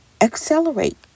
accelerate